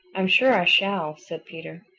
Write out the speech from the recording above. i'm sure i shall, said peter.